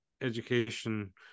education